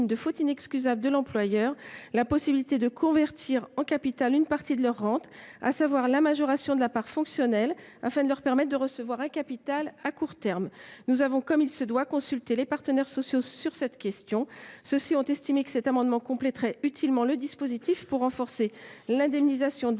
d’une faute inexcusable de l’employeur la possibilité de convertir en capital une partie de leur rente, à savoir la majoration de la part fonctionnelle, afin de leur permettre de recevoir un capital à court terme. Comme il se doit, nous avons consulté les partenaires sociaux sur cette question. Ils ont estimé que notre proposition compléterait utilement le dispositif pour renforcer l’indemnisation des